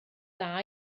dda